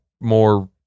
more